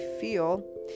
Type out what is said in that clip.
feel